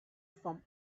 from